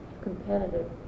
Competitive